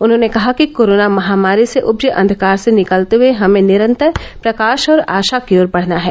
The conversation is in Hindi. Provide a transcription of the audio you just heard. उन्होंने कहा कि कोरोना महामारी से उपजे अंधकार से निकलते हुए हमें निरंतर प्रकाश और आशा की ओर बढ़ना है